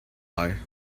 are